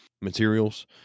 materials